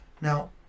Now